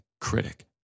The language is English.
critic